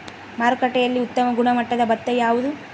ಮಾರುಕಟ್ಟೆಯಲ್ಲಿ ಉತ್ತಮ ಗುಣಮಟ್ಟದ ಭತ್ತ ಯಾವುದು?